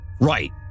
Right